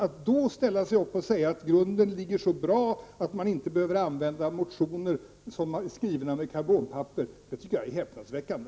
Att då ställa sig upp och säga att grunden är så bra att man inte behöver använda motioner skrivna med karbonpapper, anser jag vara häpnadsväckande.